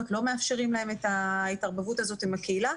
ולא מאפשרים להם את ההתערבבות הזאת עם הקהילה,